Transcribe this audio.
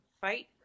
fight